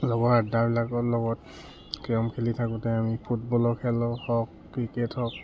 লগৰ আড্ডাবিলাকত লগত কেৰম খেলি থাকোঁতে আমি ফুটবলৰ খেল হওক ক্ৰিকেট হওক